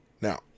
Now